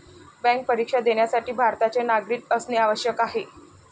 bank परीक्षा देण्यासाठी भारताचे नागरिक असणे आवश्यक आहे